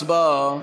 הצבעה.